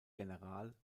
general